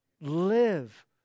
live